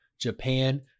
Japan